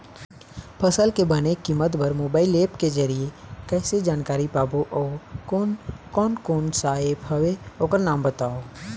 फसल के बने कीमत बर मोबाइल ऐप के जरिए कैसे जानकारी पाबो अउ कोन कौन कोन सा ऐप हवे ओकर नाम बताव?